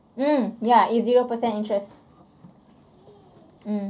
mm ya it's zero percent interest mm